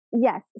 yes